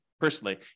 personally